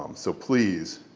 um so please,